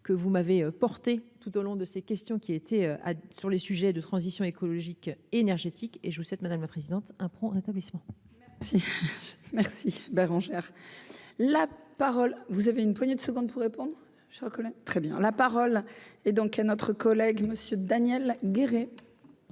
que vous m'avez porté tout au long de ces questions qui étaient sur les sujets de transition écologique énergétique et je souhaite, madame la présidente, un prompt rétablissement. Merci Bérangère la parole, vous avez une poignée de secondes pour